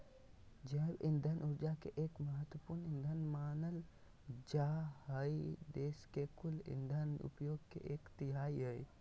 जैव इंधन ऊर्जा के एक महत्त्वपूर्ण ईंधन मानल जा हई देश के कुल इंधन उपयोग के एक तिहाई हई